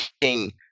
King